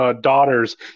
daughters